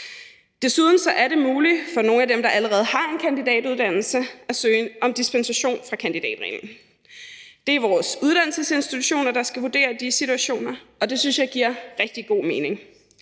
Desuden er det muligt for nogle af dem, der allerede har en kandidatuddannelse, at søge om dispensation fra kandidatreglen. Det er vores uddannelsesinstitutioner, der skal vurdere de situationer, og det synes jeg giver rigtig god mening.